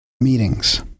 Meetings